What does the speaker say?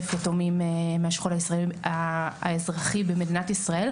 יתומים מהשכול האזרחי במדינת ישראל.